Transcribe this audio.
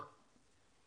כן.